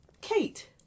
Kate